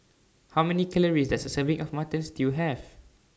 How Many Calories Does A Serving of Mutton Stew Have